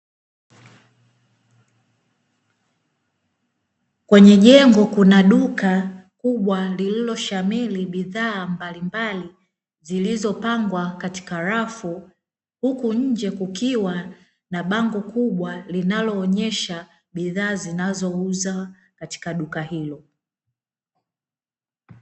Kwenye jengo kuna duka kubwa lililoshamiri bidhaa mbalimbali zilizopangwa katika rafu, huku nje kukiwa na bango kubwa linaloonyesha bidhaa zinazouzwa katika duka hilo.